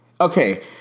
okay